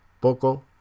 Poco